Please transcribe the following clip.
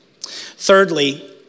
Thirdly